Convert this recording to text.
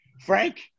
Frank